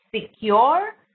secure